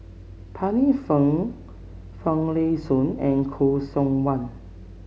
Pancy Seng Finlayson and Khoo Seok Wan